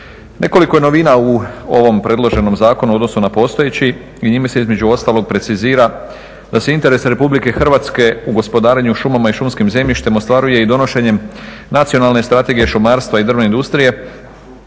Nekoliko novina u ovom predloženom zakonu u odnosu na postojeći i njime se između ostalog precizira da se interesi RH u gospodarenju šumama i šumskim zemljištem ostvaruje i donošenjem Nacionalne strategije šumarstva i drvne industrije